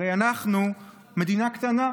הרי אנחנו מדינה קטנה.